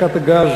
רבה.